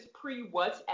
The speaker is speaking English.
pre-WhatsApp